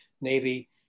Navy